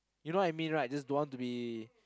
you know I mean right just don't want to be